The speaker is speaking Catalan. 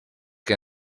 que